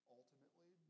ultimately